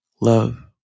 love